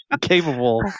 capable